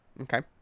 Okay